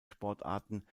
sportarten